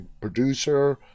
producer